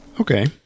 Okay